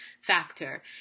factor